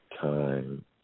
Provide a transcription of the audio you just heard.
time